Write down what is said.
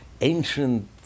ancient